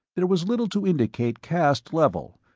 there was little to indicate caste level,